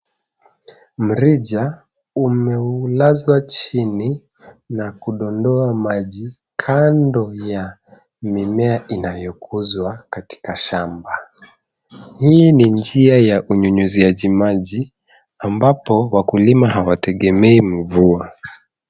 Mrija umewekwa chini na kudondoa maji kando ya mimea inayokuzwa katika shamba. Hii ni njia ya unyunyuziaji maji ambapo wakulima hawategemei mvua.